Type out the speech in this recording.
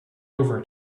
over